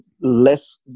less